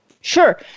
Sure